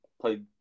played